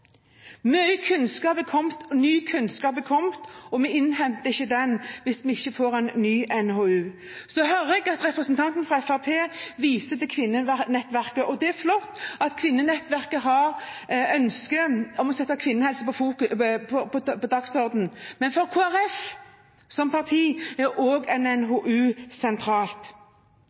Mye ny kunnskap er kommet, og vi innhenter ikke den hvis vi ikke får en ny NOU. Så hører jeg at representanten fra Fremskrittspartiet viser til kvinnenettverket. Det er flott at kvinnenettverket har et ønske om å sette kvinnehelse på dagsordenen. Men for Kristelig Folkeparti som parti er en NOU sentral fordi utredningen har avdekket at vi har mangel på kunnskap og